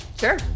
Sure